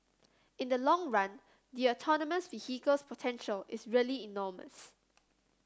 in the long run the autonomous vehicles potential is really enormous